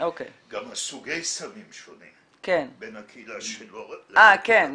גם הסוגי סמים שונה בין הקהילה שלו לבין -- כן,